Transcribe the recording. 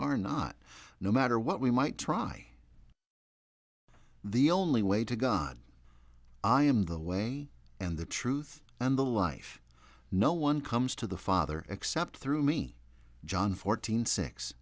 are not no matter what we might try the only way to god i am the way and the truth and the life no one comes to the father except through me john fourteen six